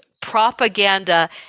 propaganda